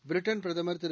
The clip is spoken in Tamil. பிரிட்டன் பிரதமர் திரு